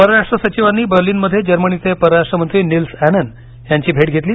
परराष्ट्र सचिवांनी बर्लिनमध्ये जर्मनीचे परराष्ट्र मंत्री नील्स एनेन यांची भेट घेतली